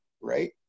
right